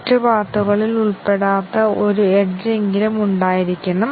അത് ഞങ്ങൾ ഉറപ്പാക്കേണ്ടതുണ്ട്